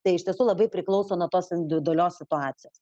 tai iš tiesų labai priklauso nuo tos individualios situacijos